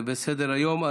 זה בסדר-היום.